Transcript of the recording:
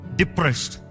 depressed